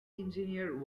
engineer